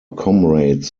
comrades